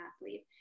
athlete